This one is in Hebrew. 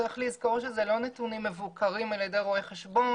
צריך לזכור שאלו לא נתונים מבוקרים על ידי רואה חשבון,